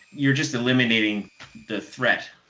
you're just eliminating the threat,